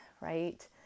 right